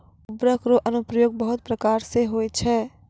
उर्वरक रो अनुप्रयोग बहुत प्रकार से होय छै